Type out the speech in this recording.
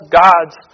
gods